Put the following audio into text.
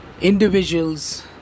individuals